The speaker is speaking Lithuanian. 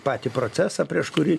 patį procesą prieš kurį